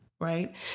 right